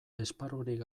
esparrurik